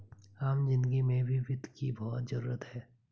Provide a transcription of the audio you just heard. आम जिन्दगी में भी वित्त की बहुत जरूरत है